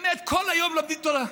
באמת, כל היום לומדים תורה.